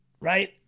right